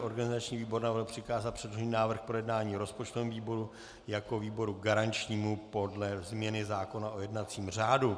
Organizační výbor navrhl přikázat předložený návrh k projednání rozpočtovému výboru jako výboru garančnímu podle změny zákona o jednacím řádu.